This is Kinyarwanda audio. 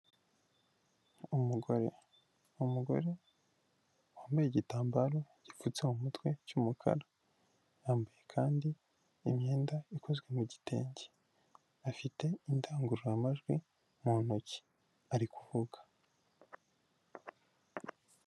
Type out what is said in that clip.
Umugore, umugore wambaye igitambaro gipfutse mu mutwe cy'umukara, yambaye kandi imyenda ikozwe mu gitenge, afite indangururamajwi mu ntoki ari kuvuga.